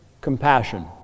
compassion